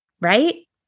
Right